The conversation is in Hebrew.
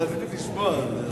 רציתי לשמוע את זה.